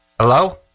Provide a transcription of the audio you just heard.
Hello